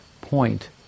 point